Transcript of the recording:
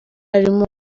arimo